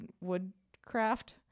woodcraft